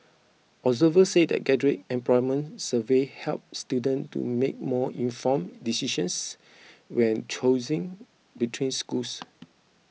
observers said graduate employment surveys help students to make more informed decisions when choosing between schools